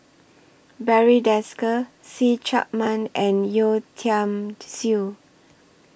Barry Desker See Chak Mun and Yeo Tiam Siew